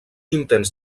intents